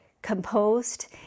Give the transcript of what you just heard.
composed